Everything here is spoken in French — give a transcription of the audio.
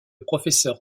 professeur